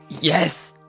Yes